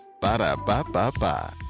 Ba-da-ba-ba-ba